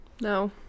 no